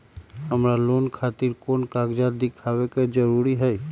हमरा लोन खतिर कोन कागज दिखावे के जरूरी हई?